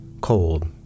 cold